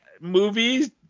movies